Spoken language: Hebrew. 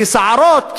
כי סערות,